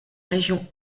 région